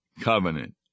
covenant